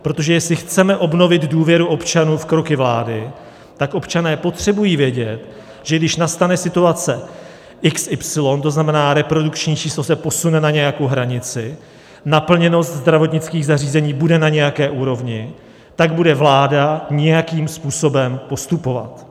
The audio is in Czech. Protože jestli chceme obnovit důvěru občanů v kroky vlády, tak občané potřebují vědět, že když nastane situace xy, to znamená, reprodukční číslo se posune na nějakou hranici, naplněnost zdravotnických zařízení bude na nějaké úrovni, tak bude vláda nějakým způsobem postupovat.